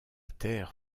terre